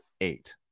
eight